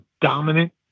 dominant